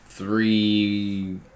three